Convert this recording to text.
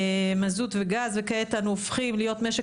מזוט וגז וכעת אנו הופכים להיות משק